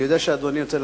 אני רוצה להזכיר